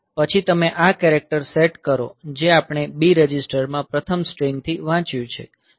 પછી તમે આ કેરેક્ટર સેટ કરો જે આપણે B રજિસ્ટરમાં પ્રથમ સ્ટ્રીંગ થી વાંચ્યું છે